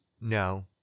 no